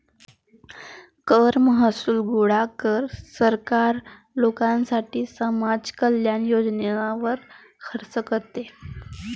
कर महसूल गोळा कर, सरकार लोकांसाठी समाज कल्याण योजनांवर खर्च करते